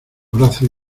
brazos